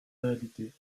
réalités